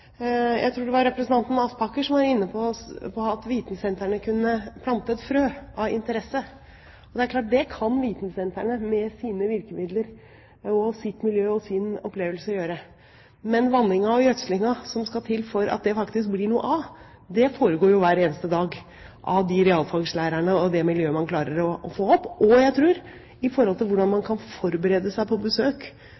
jeg tror det var representanten Aspaker som var inne på det – vitensentrene kan plante et frø av interesse. Det er klart at det kan vitensentrene – med sine virkemidler, sitt miljø og sin opplevelse – gjøre. Men vanningen og gjødslingen som må til for at det faktisk blir noe av, foregår jo hver eneste dag av de realfagslærerne og det miljøet man klarer å få opp, og også – tror jeg – det som gjelder hvordan man